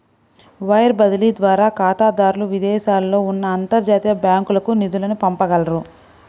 wire బదిలీ ద్వారా ఖాతాదారులు విదేశాలలో ఉన్న అంతర్జాతీయ బ్యాంకులకు నిధులను పంపగలరు